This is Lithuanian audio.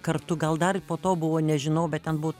kartu gal dar po to buvo nežinau bet ten buo